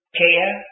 care